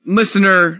listener